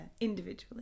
individually